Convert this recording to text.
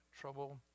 trouble